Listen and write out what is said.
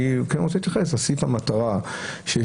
אני רוצה להתייחס ולשים את המטרה בחוק